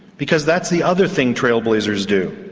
because that's the other thing trailblazers do,